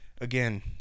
again